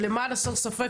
למען הסר ספק,